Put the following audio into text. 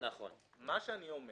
אני אומר